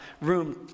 room